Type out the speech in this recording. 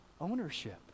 ownership